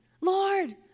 Lord